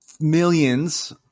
millions